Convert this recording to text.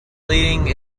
leading